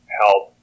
help